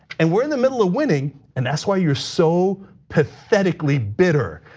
and we're in the middle of winning, and that's why you're so pathetically bitter.